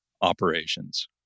operations